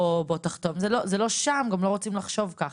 זה לא שם וגם לא רוצים לחשוב ככה.